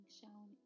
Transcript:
shown